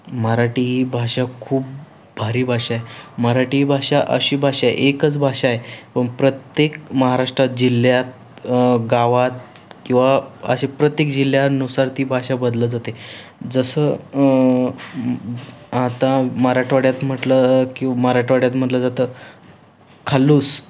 मराठी ही भाषा खूप भारी भाषा आहे मराठी भाषा अशी भाषा आहे एकच भाषा आहे पण प्रत्येक महाराष्ट्रात जिल्ह्यात गावात किंवा असे प्रत्येक जिल्ह्यानुसार ती भाषा बदल जाते जसं आता मराठवाड्यात म्हटलं किंवा मराठवाड्यात म्हटलं जातं खालूस